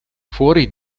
fuori